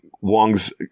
Wong's